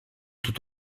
tout